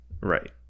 right